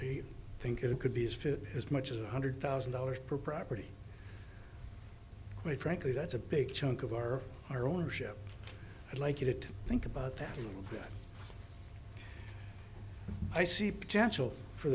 think it could be as fit as much as one hundred thousand dollars per property but frankly that's a big chunk of our our ownership i'd like you to think about that i see potential for